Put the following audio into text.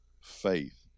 faith